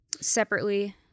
separately